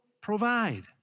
provide